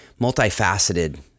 multifaceted